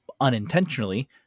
unintentionally